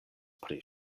pri